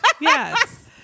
Yes